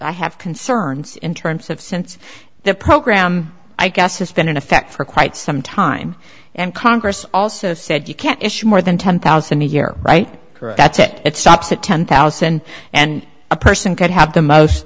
i have concerns in terms of since the program i guess has been in effect for quite some time and congress also said you can't issue more than ten thousand a year right it stops at ten thousand and a person could have the most